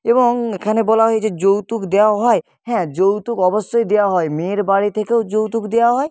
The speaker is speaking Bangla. এবং এখানে বলা হয়েছে যৌতুক দেওয়াও হয় হ্যাঁ যৌতুক অবশ্যই দেওয়া হয় মেয়ের বাড়ি থেকেও যৌতুক দেওয়া হয়